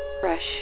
fresh